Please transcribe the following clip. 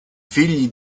figli